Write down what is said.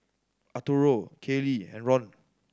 Arturo Kaley and Ron